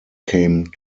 came